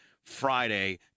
friday